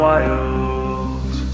Wild